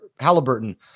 Halliburton